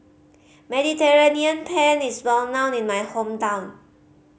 Mediterranean Penne is well known in my hometown